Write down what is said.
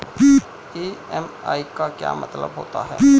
EMI का क्या मतलब होता है?